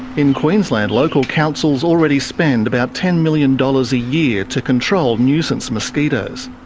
in queensland, local councils already spend about ten million dollars a year to control nuisance mosquitoes.